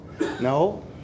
No